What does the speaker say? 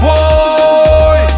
Boy